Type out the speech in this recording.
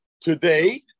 today